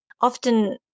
often